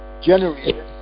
generated